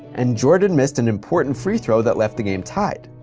and jordan missed an important free throw that left the game tied.